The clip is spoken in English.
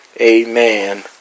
Amen